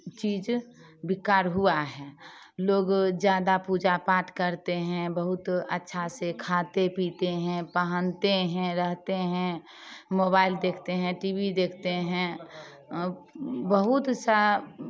चीज़ विकार हुआ है लोग ज़्यादा पूजा पाठ करते हैं बहुत अच्छा से खाते पीते हैं पहनते हैं रहते हैं मोबाइल देखते हैं टी वी देखते हैं बहुत सा